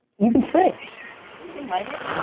you can sing. can you sing my name?